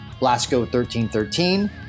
Blasco1313